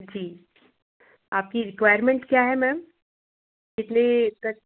जी आपकी रिक्वायरमेंट क्या है मैम कितने तक